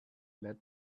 let